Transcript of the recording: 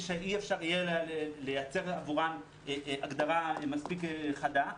שאי-אפשר יהיה לייצר עבורן הגדרה מספיק חדה,